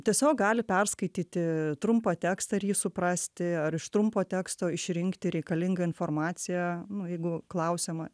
tiesiog gali perskaityti trumpą tekstą ir jį suprasti ar iš trumpo teksto išrinkti reikalingą informaciją nu jeigu klausiama